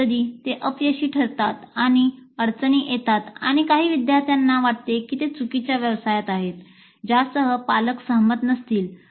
कधीकधी ते अपयशी ठरतात आणि अडचणीत येतात आणि काही विद्यार्थ्यांना वाटते की ते चुकीच्या व्यवसायात आहेत ज्यासह पालक सहमत नसतील